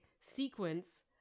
sequence